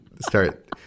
start